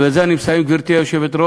ובזה אני מסיים, גברתי היושבת-ראש,